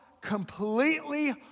completely